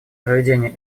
проведение